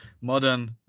modern